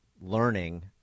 learning